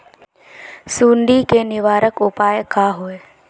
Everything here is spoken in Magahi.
सुंडी के निवारक उपाय का होए?